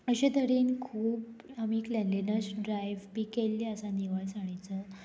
अशे तरेन खूब आमी क्लेनलीनस ड्रायव्ह बी केल्ली आसा निवळसाणेचो